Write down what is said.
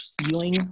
ceiling